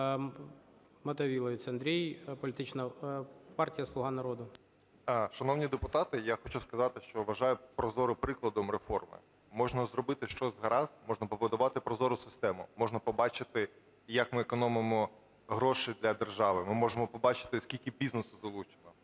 Мотовиловець Андрій, політична партія "Слуга народу". 13:28:58 МОТОВИЛОВЕЦЬ А.В. Шановні депутати, я хочу сказати, що вважаю прозорим прикладом реформи: можна зробити щось гаразд, можна побудувати прозору систему, можна побачити, як ми економимо гроші для держави, ми можемо побачити, скільки бізнесу залучено.